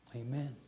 Amen